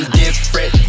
different